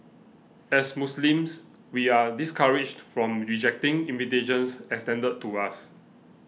as Muslims we are discouraged from rejecting invitations extended to us